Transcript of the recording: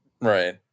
Right